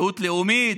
זהות לאומית,